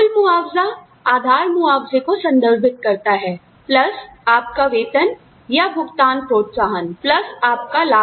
कुल मुआवजा आधार मुआवजे को संदर्भित करता है प्लस आपका वेतन या भुगतान प्रोत्साहन प्लस आपका लाभ